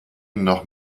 noch